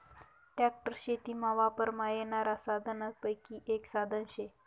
tractor शेतीमा वापरमा येनारा साधनेसपैकी एक साधन शे